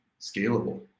scalable